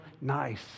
nice